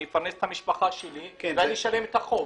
אני אפרנס את המשפחה שלי ואני אשלם את החוב.